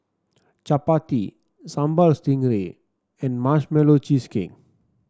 chappati Sambal Stingray and Marshmallow Cheesecake